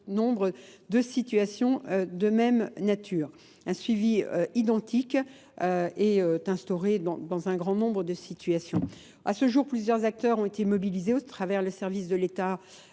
nombre de situations de même nature. Un suivi identique est instauré dans un grand nombre de situations. À ce jour, plusieurs acteurs ont été mobilisés au travers le service de l'État,